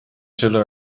zullen